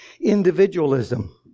individualism